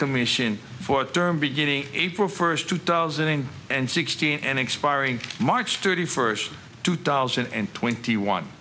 commission for term beginning april first two thousand and sixteen and expiring march thirty first two thousand and twenty one